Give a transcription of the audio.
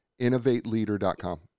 InnovateLeader.com